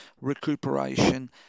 recuperation